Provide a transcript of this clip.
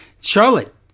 Charlotte